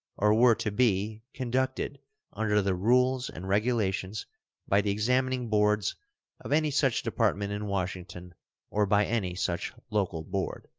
or were to be, conducted under the rules and regulations by the examining boards of any such department in washington or by any such local board.